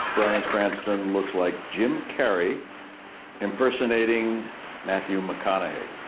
cranston and and looks like jim carrey impersonating matthew mcconaughey.